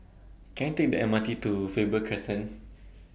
Can I Take The M R T to Faber Crescent